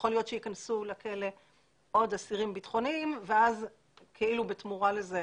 יכול להיות שייכנסו לכלא עוד אסירים ביטחוניים ובתמורה לזה